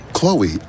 Chloe